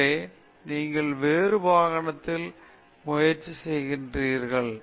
எனவே நீங்கள் வேறு வாகனத்தில் முயற்சி செய்கிறீர்கள்